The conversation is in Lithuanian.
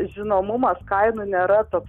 žinomumas kainų nėra toks